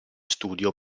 studio